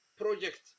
project